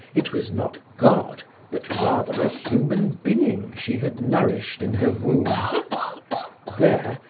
it was not god but rather a human being she had nourished in her womb there,